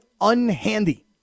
unhandy